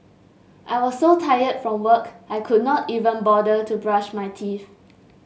I was so tired from work I could not even bother to brush my teeth